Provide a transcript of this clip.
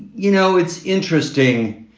you know, it's interesting.